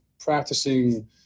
practicing